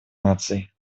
наций